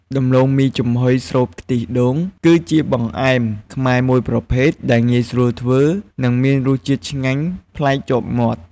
ដំឡូងមីចំហុយស្រូបខ្ទិះដូង គឺជាបង្អែមខ្មែរមួយប្រភេទដែលងាយស្រួលធ្វើ និងមានរសជាតិឆ្ងាញ់ប្លែកជាប់មាត់។